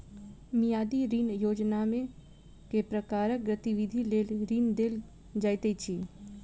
मियादी ऋण योजनामे केँ प्रकारक गतिविधि लेल ऋण देल जाइत अछि